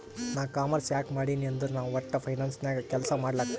ನಾ ಕಾಮರ್ಸ್ ಯಾಕ್ ಮಾಡಿನೀ ಅಂದುರ್ ನಾ ವಟ್ಟ ಫೈನಾನ್ಸ್ ನಾಗ್ ಕೆಲ್ಸಾ ಮಾಡ್ಲಕ್